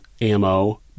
ammo